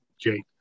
Jake